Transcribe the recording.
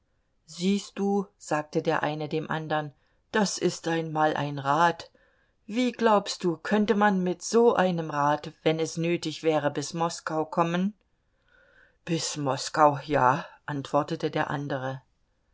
siehst du sagte der eine dem andern das ist einmal ein rad wie glaubst du könnte man mit so einem rad wenn es nötig wäre bis moskau kommen bis moskau ja antwortete der andere